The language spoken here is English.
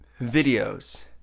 videos